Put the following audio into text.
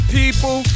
people